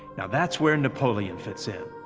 that's where napoleon fits in.